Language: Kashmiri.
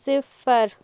صِفر